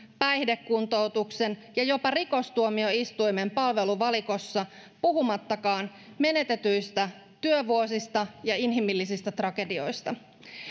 päihdekuntoutuksen ja jopa rikostuomioistuimen palveluvalikoissa puhumattakaan menetetyistä työvuosista ja inhimillisistä tragedioista